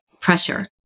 pressure